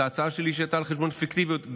את ההצעה שלי על חשבוניות פיקטיביות.